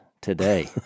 today